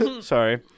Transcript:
Sorry